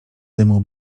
dymu